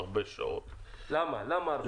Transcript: הרבה שעות -- למה הרבה שעות?